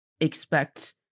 expect